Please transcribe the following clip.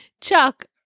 Chuck